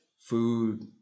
Food